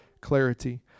clarity